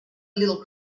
little